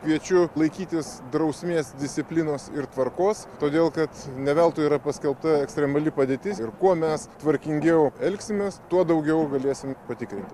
kviečiu laikytis drausmės disciplinos ir tvarkos todėl kad ne veltui yra paskelbta ekstremali padėtis ir kuo mes tvarkingiau elgsimės tuo daugiau galėsim patikrinti